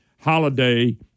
Holiday